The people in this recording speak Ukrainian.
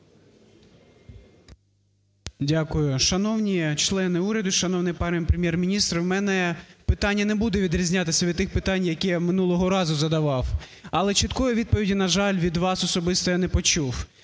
Дякую. Шановні члени уряду, шановний пане Прем'єр-міністр! У мене питання не буде відрізнятися від тих питань, яке я минулого разу задавав, але чіткої відповіді, на жаль, від вас особисто я не почув.